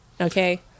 Okay